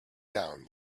down